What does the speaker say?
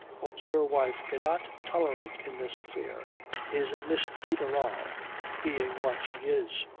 what your wife cannot tolerate in this affair is miss de barral being what she is.